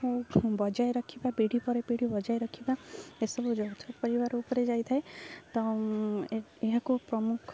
କ ବଜାୟ ରଖିବା ପିଢ଼ି ପରେ ପିଢ଼ି ବଜାୟ ରଖିବା ଏସବୁ ଯୌଥ ପରିବାର ଉପରେ ଯାଇଥାଏ ତ ଏହାକୁ ପ୍ରମୁଖ